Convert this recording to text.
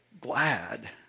glad